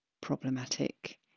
problematic